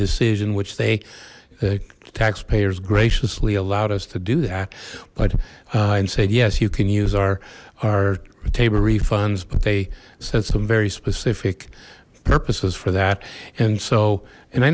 decision which they the taxpayers graciously allowed us to do that but and said yes you can use our our table refunds but they said some very specific purposes for that and so and i